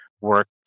work